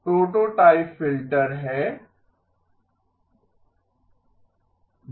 prototype filter है H 1 z z2 zM−1